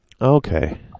Okay